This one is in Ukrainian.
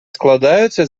складаються